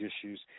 issues